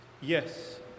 Yes